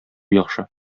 яхшы